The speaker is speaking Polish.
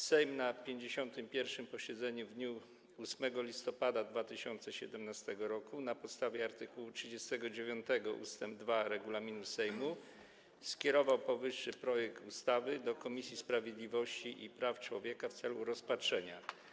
Sejm na 51. posiedzeniu w dniu 8 listopada 2017 r., na podstawie art. 39 ust. 2 regulaminu Sejmu, skierował powyższy projekt ustawy do Komisji Sprawiedliwości i Praw Człowieka w celu rozpatrzenia.